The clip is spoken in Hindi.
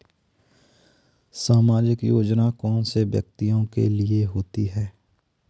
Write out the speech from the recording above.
सामाजिक योजना कौन से व्यक्तियों के लिए होती है?